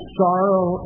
sorrow